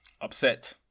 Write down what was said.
Upset